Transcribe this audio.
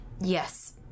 Yes